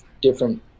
different